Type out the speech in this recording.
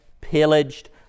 pillaged